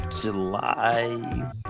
July